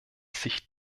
sich